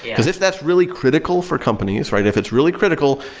because if that's really critical for companies, right? if it's really critical,